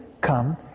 come